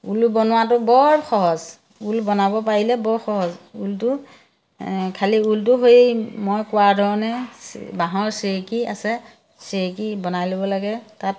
ঊল বনোৱাটো বৰ সহজ ঊল বনাব পাৰিলে বৰ সহজ ঊলটো খালি ঊলটো হৈ মই কোৱা ধৰণে বাঁহৰ চেৰেকী আছে চেৰেকী বনাই ল'ব লাগে তাত